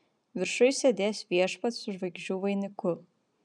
viršuj sėdės viešpats su žvaigždžių vainiku